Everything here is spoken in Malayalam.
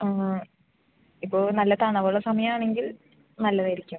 അ ഇപ്പോൾ നല്ല തണുപ്പ് ഉള്ള സമയം ആണെങ്കിൽ നല്ലതായിരിക്കും